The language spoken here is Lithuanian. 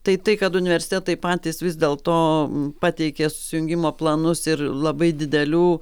tai tai kad universitetai patys vis dėl to pateikė susijungimo planus ir labai didelių